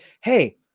Hey